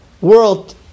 world